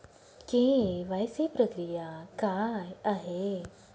KYC प्रक्रिया काय आहे?